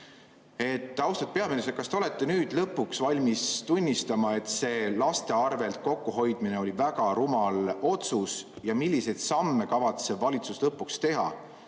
Austatud peaminister! Kas te olete lõpuks valmis tunnistama, et see laste arvel kokkuhoidmine oli väga rumal otsus? Milliseid samme kavatseb valitsus lõpuks teha,